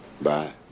Bye